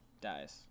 dies